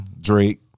Drake